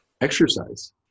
Exercise